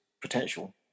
potential